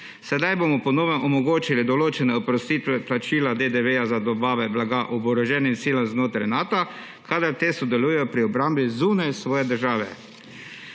Sedaj bomo po novem omogočili določene oprostitve plačila DDV za dobave blaga oboroženim silam znotraj Nata, kadar te sodelujejo pri obrambi zunaj svoje države.